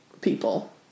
people